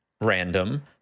random